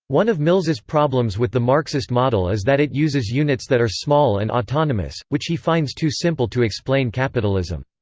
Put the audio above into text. one of mills's problems with the marxist model is that it uses units that are small and autonomous, which he finds too simple to explain capitalism.